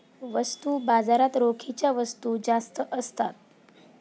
वस्तू बाजारात रोखीच्या वस्तू जास्त असतात